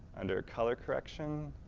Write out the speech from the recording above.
under color correction,